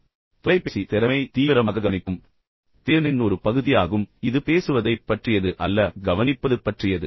உண்மையில் தொலைபேசி திறமை தீவிரமாக கவனிக்கும் திறனின் ஒரு பகுதியாகும் இது பேசுவதைப் பற்றியது அல்ல கவனிப்பது பற்றியது